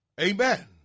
Amen